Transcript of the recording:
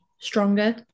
stronger